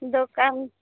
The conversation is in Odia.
ଦୋକାନ